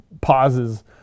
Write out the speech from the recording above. pauses